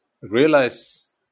realize